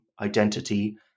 identity